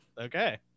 okay